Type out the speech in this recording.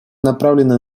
направлена